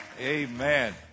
Amen